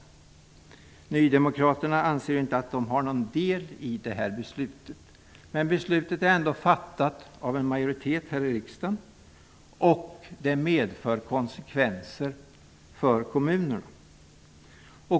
Nydemokraterna anser att de inte har någon del i detta beslut, men det är ändå fattat av en majoritet här i riksdagen. Beslutet medför konsekvenser för kommunerna.